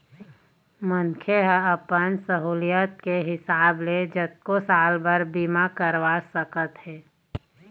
मनखे ह अपन सहुलियत के हिसाब ले जतको साल बर बीमा करवा सकत हे